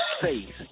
face